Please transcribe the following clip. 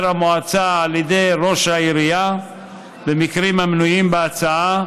המועצה על ידי ראש העירייה במקרים המנויים בהצעה,